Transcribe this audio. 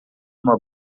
uma